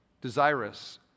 desirous